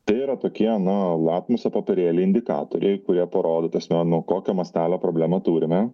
tai yra tokie na latmuso popierėliai indikatoriai kurie parodo ta prasme nuo kokio mastelio problemą turime